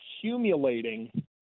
accumulating